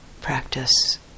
practice